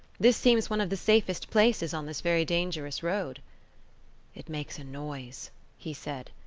this seems one of the safest places on this very dangerous road it makes a noise he said,